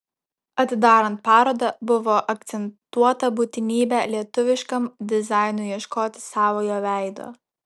atidarant parodą buvo akcentuota būtinybė lietuviškam dizainui ieškoti savojo veido